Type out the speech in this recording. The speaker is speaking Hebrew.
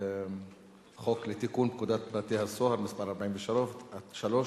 חוק לתיקון פקודת בתי-הסוהר (מס' 43),